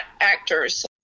actors